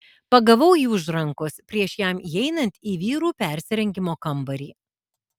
pagavau jį už rankos prieš jam įeinant į vyrų persirengimo kambarį